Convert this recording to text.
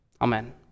Amen